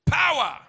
power